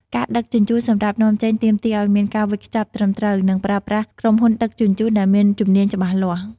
ការដឹកជញ្ជូនសម្រាប់នាំចេញទាមទារឲ្យមានការវេចខ្ចប់ត្រឹមត្រូវ និងប្រើប្រាស់ក្រុមហ៊ុនដឹកជញ្ជូនដែលមានជំនាញច្បាស់លាស់។